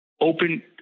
open